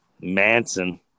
Manson